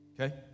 Okay